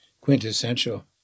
quintessential